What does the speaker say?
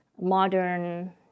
modern